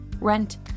rent